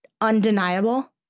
undeniable